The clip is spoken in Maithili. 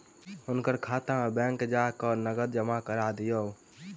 हुनकर खाता में बैंक जा कय नकद जमा करा दिअ